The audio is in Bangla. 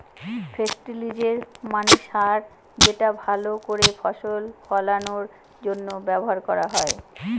ফেস্টিলিজের মানে সার যেটা ভাল করে ফসল ফলানোর জন্য ব্যবহার করা হয়